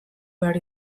behar